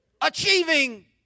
Achieving